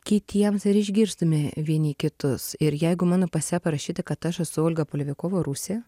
kitiems ir išgirstume vieni kitus ir jeigu mano pase parašyta kad aš esu olga polivikova rusė